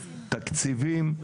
תקציבים,